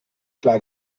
klar